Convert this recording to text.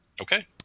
Okay